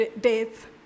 death